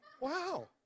wow